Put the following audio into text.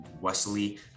Wesley